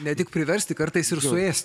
ne tik priversti kartais ir suėsti